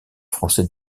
français